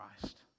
Christ